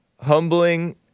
humbling